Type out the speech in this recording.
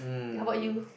how about you